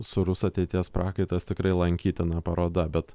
sūrus ateities prakaitas tikrai lankytina paroda bet